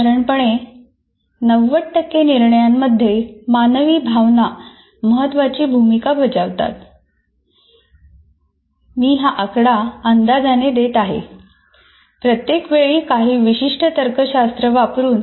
साधारणपणे 90 टक्के निर्णयांमध्ये मानवी भावना महत्त्वाची भूमिका बजावतात